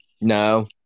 No